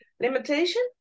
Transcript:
limitation